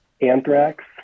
anthrax